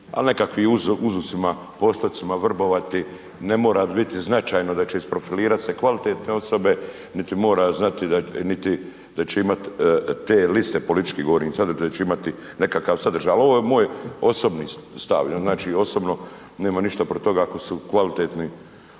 ali nekakvim uzusima, postocima vrbovati ne mora biti značajno da će isprofilirat se kvalitetne osobe niti mora znati, niti da će imat te liste, politički govorim sad, da će imati nekakav sadržaj, ali ovo je moj osobni stav, znači osobno nemam ništa protiv toga ako su kvalitetni